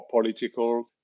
political